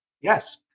Yes